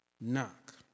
Knock